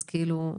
אז כאילו...